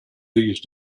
these